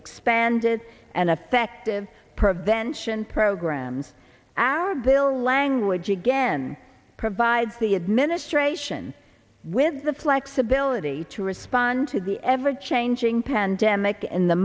expanded and effective prevention programs are built language again provides the administration with the flexibility to respond to the ever changing pandemic in the